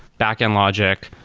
backend logic.